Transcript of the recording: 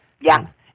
Yes